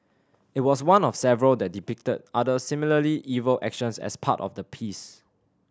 it was one of several that depicted other similarly evil actions as part of the piece